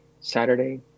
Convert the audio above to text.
Saturday